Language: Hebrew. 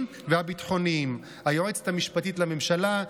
והביטחוניים הנוגעים בדבר: היועצת המשפטית לממשלה,